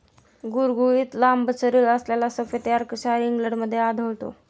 गुळगुळीत लांब शरीरअसलेला सफेद यॉर्कशायर इंग्लंडमध्ये आढळतो